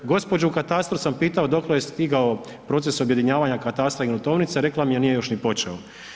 Gospođu u katastru sam pitao dokle je stigao proces objedinjavanja katastra i gruntovnice rekla mi je nije još ni počeo.